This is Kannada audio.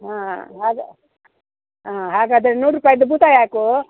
ಹಾಂ ಅದು ಹಾಂ ಹಾಗಾದರೆ ನೂರು ರೂಪಾಯಿದು ಬೂತಾಯಿ ಹಾಕು